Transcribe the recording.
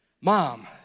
mom